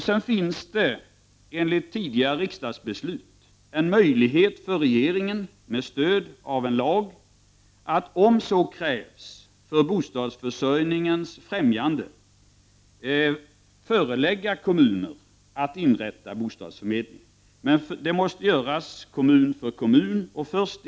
Sedan finns det enligt tidigare riksdagsbeslut en möjlighet för regeringen att, med stöd av lagen, om så krävs för bostadsförsörjningens främjande förelägga kommuner att inrätta bostadsförmedling. Men det måste göras så att säga kommun för kommun.